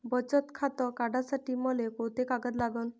बचत खातं काढासाठी मले कोंते कागद लागन?